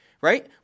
right